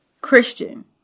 Christian